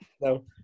no